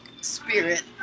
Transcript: spirit